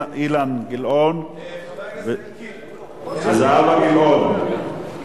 אילן גילאון וזהבה גלאון,